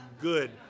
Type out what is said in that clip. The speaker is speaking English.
good